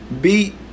beat